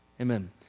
Amen